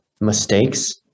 mistakes